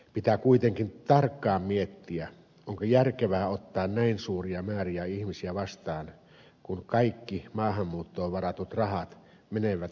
pitää kuitenkin tarkkaan miettiä onko järkevää ottaa näin suuria määriä ihmisiä vastaan kun kaikki maahanmuuttoon varatut rahat menevät hakemusten käsittelyyn